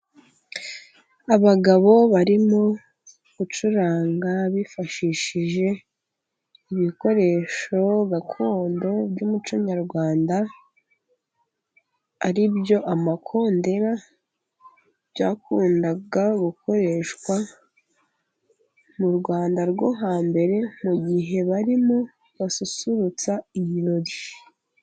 Abagabo barimo gucuranga bifashishije ibikoresho gakondo by'umuco nyarwanda， ari byo amakondera， byakundaga gukoreshwa mu Rwanda rwo hambere， mu gihe barimo basusurutsa ibirori.